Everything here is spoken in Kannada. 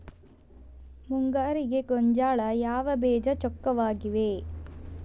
ಮುಂಗಾರಿಗೆ ಗೋಂಜಾಳ ಯಾವ ಬೇಜ ಚೊಕ್ಕವಾಗಿವೆ?